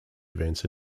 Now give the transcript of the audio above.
events